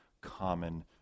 common